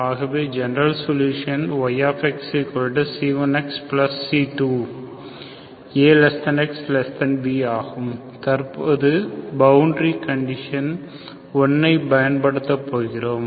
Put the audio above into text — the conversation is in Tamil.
ஆகவே ஜெனரல் சொல்யூஷன் y c1xc2 axbஆகும் தற்பொழுது பவுண்டரி கண்டிஷன் 1 ஐ பயன்படுத்த போகிறோம்